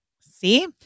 See